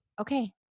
okay